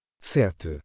sete